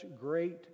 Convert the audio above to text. great